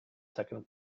second